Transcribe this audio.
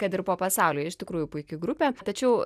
kad ir po pasaulį iš tikrųjų puiki grupė tačiau